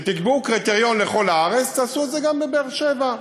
כשתקבעו קריטריון לכל הארץ תעשו את זה גם בבאר-שבע,